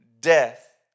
death